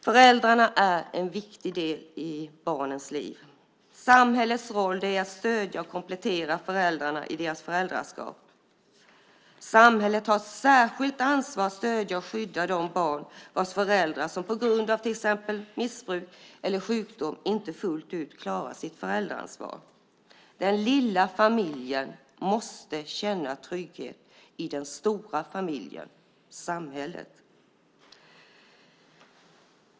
Föräldrarna är en viktig del i barnens liv. Samhällets roll är att stödja och komplettera föräldrarna i deras föräldraskap. Samhället har särskilt ansvar att stödja och skydda de barn vars föräldrar på grund av till exempel missbruk eller sjukdom inte fullt ut klarar sitt föräldraansvar. Den lilla familjen måste känna trygghet i den stora familjen, samhället.